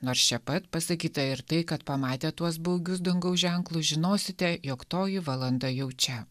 nors čia pat pasakyta ir tai kad pamatę tuos baugius dangaus ženklus žinosite jog toji valanda jau čia